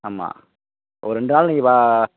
ஆமாம் ஒரு ரெண்டு நாள் நீங்கள் வா